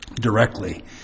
directly